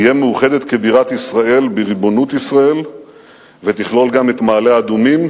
"תהיה מאוחדת כבירת ישראל בריבונות ישראל ותכלול גם את מעלה-אדומים